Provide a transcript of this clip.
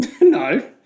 no